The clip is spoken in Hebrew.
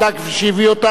כפי שהביא אותה,